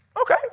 Okay